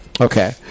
Okay